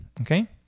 Okay